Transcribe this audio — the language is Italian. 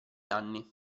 anni